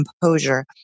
composure